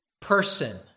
person